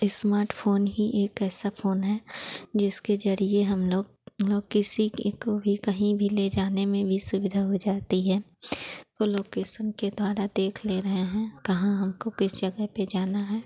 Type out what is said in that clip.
smartphone ही एक ऐसा फ़ोन है जिसके ज़रिए हम लोग हम लोग किसी कि को भी कहीं भी ले जाने में भी सुविधा हो जाती है को लोकेसन के द्वारा देख ले रहे हैं कहाँ हमको किस जगह पर जाना है